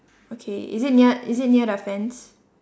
okay is it near is it near the fence